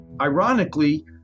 Ironically